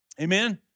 Amen